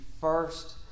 first